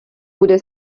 bude